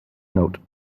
note